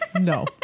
no